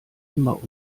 immer